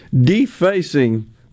defacing